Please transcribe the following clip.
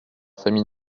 famille